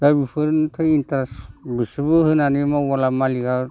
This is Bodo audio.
दा बिफोरथ' इन्ट्रेस्ट गोसोबो होनानै मावबोला मालिका